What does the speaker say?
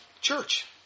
church